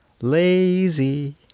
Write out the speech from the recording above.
Lazy